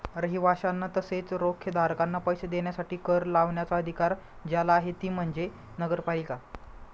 रहिवाशांना तसेच रोखेधारकांना पैसे देण्यासाठी कर लावण्याचा अधिकार ज्याला आहे ती म्हणजे नगरपालिका